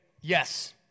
Yes